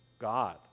God